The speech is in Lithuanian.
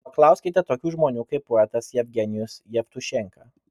paklauskite tokių žmonių kaip poetas jevgenijus jevtušenka